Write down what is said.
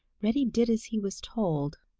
reddy did as he was told,